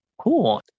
Cool